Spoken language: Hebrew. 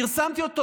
פרסמתי אותו,